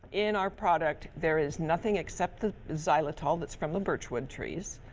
in our product, there is nothing except the xylitol that's from the birch wood trees.